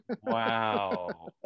wow